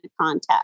contact